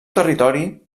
territori